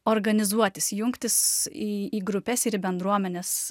organizuotis jungtis į į grupes ir į bendruomenes